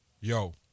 yo